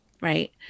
Right